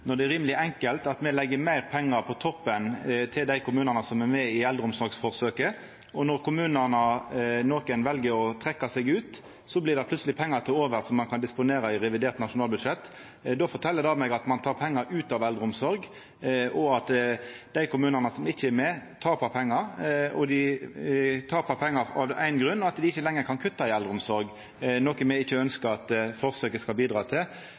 det er rimeleg enkelt at me legg meir pengar på toppen for dei kommunane som er med i eldreomsorgsforsøket, og når nokre kommunar vel å trekkja seg ut, så blir det plutseleg pengar til overs som ein kan disponera i revidert nasjonalbudsjett. Det fortel meg at ein tek pengar ut av eldreomsorg, og at dei kommunane som ikkje er med, taper pengar. Dei taper pengar av éin grunn: at dei ikkje lenger kan kutta i eldreomsorg, noko me ikkje ønskjer forsøket skal bidra til.